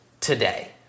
today